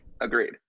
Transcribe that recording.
Agreed